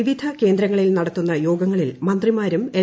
വിവിധ കേന്ദ്രങ്ങളിൽ നടത്തുന്ന യോഗങ്ങളിൽ മന്ത്രിമാരും എൽ